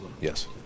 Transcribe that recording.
Yes